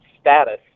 status